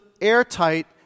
airtight